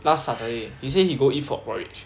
last saturday he say he go eat frog porridge